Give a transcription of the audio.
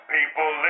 People